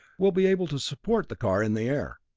we'll be able to support the car in the air.